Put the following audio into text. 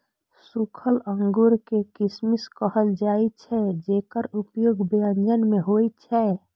सूखल अंगूर कें किशमिश कहल जाइ छै, जेकर उपयोग व्यंजन मे होइ छै